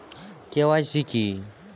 KYC কি?